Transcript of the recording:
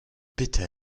bitte